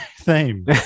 theme